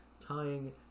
tying